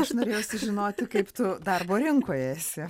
aš norėjau sužinoti kaip tu darbo rinkoje esi